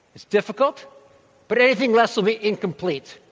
it's difficult but anything less will be incomplete.